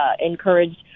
encouraged